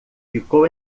ficou